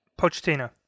Pochettino